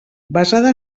basada